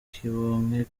kibonke